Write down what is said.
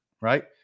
right